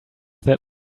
that